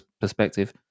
perspective